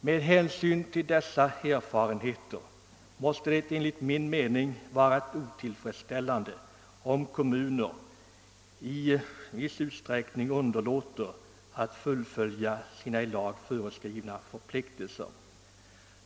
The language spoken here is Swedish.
Med hänsyn till dessa omständigheter måste det enligt min mening vara otillfredsställande, om kommuner i viss utsträckning underlåter att fullgöra sina i lag föreskrivna förpliktelser.